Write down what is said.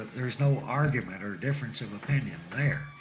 there's no argument or difference of opinion there.